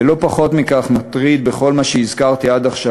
ולא פחות מטריד בכל מה שהזכרתי עד עכשיו